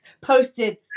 posted